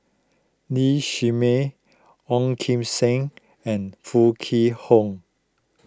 Lee Shermay Ong Kim Seng and Foo Kwee Horng